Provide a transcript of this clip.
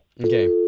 Okay